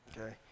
okay